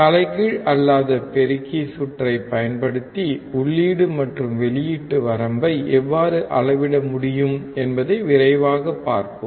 தலைகீழ் அல்லாத பெருக்கி சுற்றைப் பயன்படுத்தி உள்ளீடு மற்றும் வெளியீட்டு வரம்பை எவ்வாறு அளவிட முடியும் என்பதை விரைவாகப் பார்ப்போம்